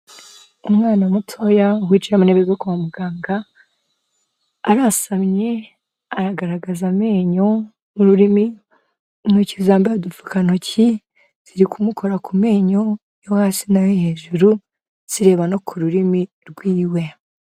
Umwana mutoya wicaye mu ntebe zo kwa muganga. Arasamye aragaragaza amenyo n'ururimi. Intoki zambaye udupfukantoki ziri kumukora ku menyo yo hasi nayo hejuru, zireba no ku rurimi rwiwe.